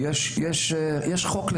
יש לזה חוק.